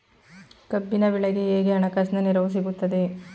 ಕಬ್ಬಿನ ಬೆಳೆಗೆ ಹೇಗೆ ಹಣಕಾಸಿನ ನೆರವು ಸಿಗುತ್ತದೆ?